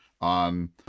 on